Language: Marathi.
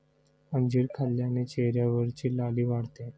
अंजीर खाल्ल्याने चेहऱ्यावरची लाली वाढते